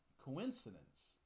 coincidence